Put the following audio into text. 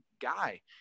guy